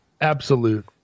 absolute